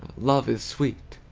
love is sweet!